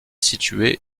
situé